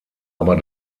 aber